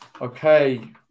Okay